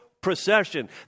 procession